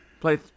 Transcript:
play